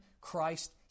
Christ